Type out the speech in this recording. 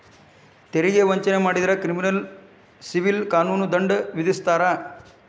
ತೆರಿಗೆ ವಂಚನೆ ಮಾಡಿದ್ರ ಕ್ರಿಮಿನಲ್ ಸಿವಿಲ್ ಕಾನೂನು ದಂಡ ವಿಧಿಸ್ತಾರ